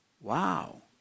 Wow